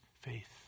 faith